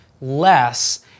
less